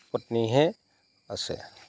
পত্নীহে আছে